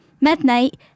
midnight